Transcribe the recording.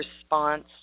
response